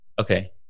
Okay